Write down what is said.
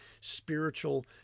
spiritual